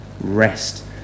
Rest